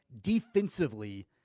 defensively